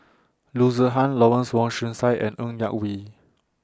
Loo Zihan Lawrence Wong Shyun Tsai and Ng Yak Whee